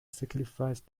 sacrifice